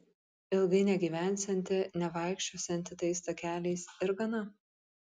ilgai negyvensianti nevaikščiosianti tais takeliais ir gana